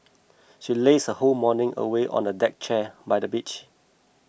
she lazed her whole morning away on a deck chair by the beach